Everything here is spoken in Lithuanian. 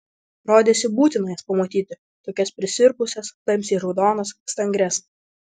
rodėsi būtina jas pamatyti tokias prisirpusias tamsiai raudonas stangrias